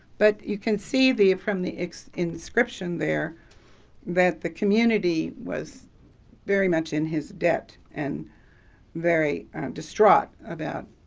but you can see the, from the inscription there that the community was very much in his debt and very distraught about